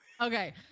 okay